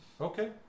Okay